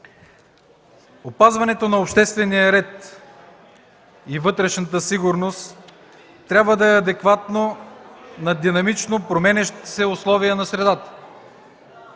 Опазването на обществения ред и вътрешната сигурност трябва да е адекватно на динамично променящите се условия на средата.